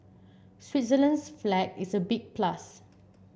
Switzerland's flag is a big plus